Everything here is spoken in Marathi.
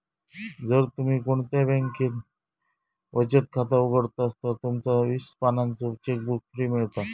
जर तुम्ही कोणत्या बॅन्केत बचत खाता उघडतास तर तुमका वीस पानांचो चेकबुक फ्री मिळता